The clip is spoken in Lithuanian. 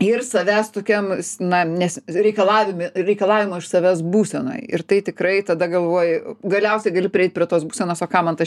ir savęs tokiam na nes reikalavime reikalavimo iš savęs būsenoj ir tai tikrai tada galvoji galiausiai gali prieit prie tos būsenos o kam man ta